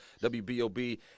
W-B-O-B